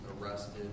arrested